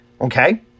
okay